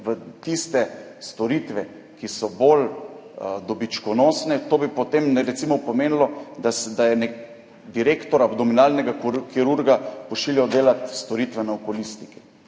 tiste storitve, ki so bolj dobičkonosne, to bi potem recimo pomenilo, da je nek direktor abdominalnega kirurga pošiljal delat storitve na okulistiki.